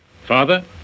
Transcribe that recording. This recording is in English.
Father